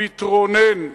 מתרונן,